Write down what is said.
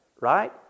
right